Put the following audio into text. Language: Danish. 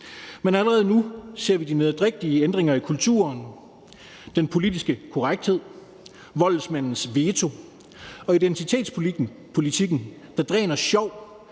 Men allerede nu ser vi de nederdrægtige ændringer i kulturen, den politiske korrekthed, voldsmandens veto og identitetspolitikken, der dræner sjov,